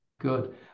good